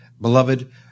beloved